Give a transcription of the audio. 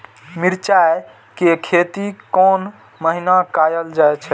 मिरचाय के खेती कोन महीना कायल जाय छै?